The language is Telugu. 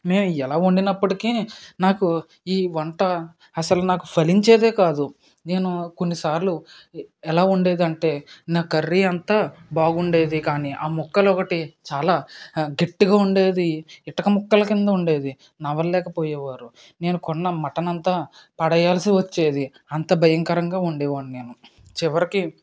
నేను ఎలా వండినప్పటికీ నాకు ఈ వంట అసలు నాకు ఫలించేదే కాదు నేను కొన్నిసార్లు ఎలా వండేదంటే నా కర్రీ అంతా బాగుండేది కానీ ఆ ముక్కలు ఒకటి చాలా గట్టిగా ఉండేది ఇటుక ముక్కల క్రింద ఉండేది నమల్లేకపోయేవారు నేను కొన్న మటన్ అంతా పడేయాల్సి వచ్చేది అంత భయంకరంగా వండేవాడిని నేను చివరికి